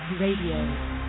Radio